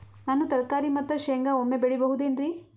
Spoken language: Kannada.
ನಾನು ತರಕಾರಿ ಮತ್ತು ಶೇಂಗಾ ಒಮ್ಮೆ ಬೆಳಿ ಬಹುದೆನರಿ?